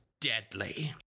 deadly